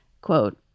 quote